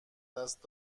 دست